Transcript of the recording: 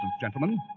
gentlemen